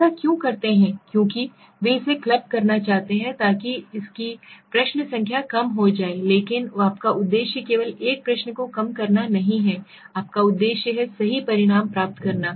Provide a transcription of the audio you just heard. ऐसा क्यों करते हैं क्योंकि वे इसे क्लब करना चाहते हैं ताकि इसकी प्रश्न संख्या कम हो जाए लेकिन आपका उद्देश्य केवल उस प्रश्न को कम करना नहीं है आपका उद्देश्य है सही परिणाम प्राप्त करना